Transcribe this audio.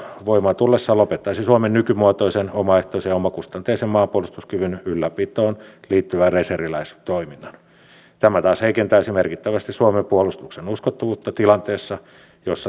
siitä varmasti olemme täällä yhtä mieltä ja olisinkin kysynyt sekä pääministeri että valtiovarainministeri kun viittasitte tähän vaikutusten arviointineuvoston perustamiseen